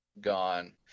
gone